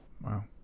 Wow